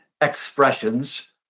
expressions